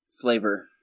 flavor